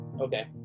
Okay